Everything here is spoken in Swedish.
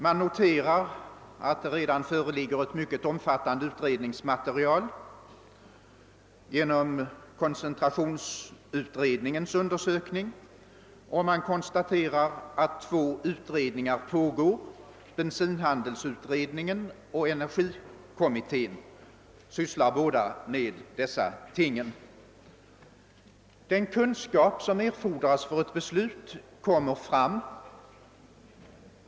Man noterar att det redan föreligger ett mycket omfattande utred: ningsmaterial genom koncentrationsutredningens undersökning och att två utredningar pågår: bensinhandelsutredningen och energikommittén, som båda sysslar med dessa ting. Den kunskap som erfordras för ett beslut kommer vi sålunda att få genom dessa utredningar.